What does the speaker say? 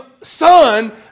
son